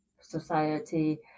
society